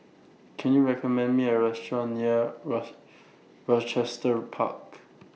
Can YOU recommend Me A Restaurant near rough Rochester Park